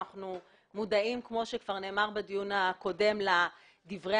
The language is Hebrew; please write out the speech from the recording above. אנחנו מודעים - כמו שכבר נאמר בדיון הקודם לדברי